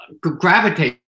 gravitate